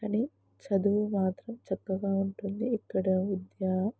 కాని చదువు మాత్రం చక్కగా ఉంటుంది ఇక్కడ విద్య